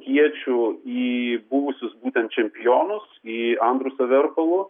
iečių į buvusius būtent čempionus į andrusą verpalu